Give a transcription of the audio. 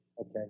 okay